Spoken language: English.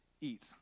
eat